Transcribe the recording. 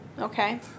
Okay